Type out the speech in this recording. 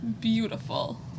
Beautiful